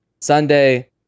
Sunday